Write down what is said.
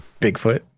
bigfoot